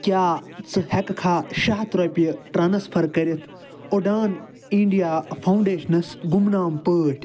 کیٛاہ ژٕ ہٮ۪کھٕکھا شیٚے ہتھ رۄپیہِ ٹرٛانٕسفر کٔرِتھ اُڑان اِنٛڈیا فاوُنٛڈیشنَس گُمنام پٲٹھۍ